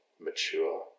mature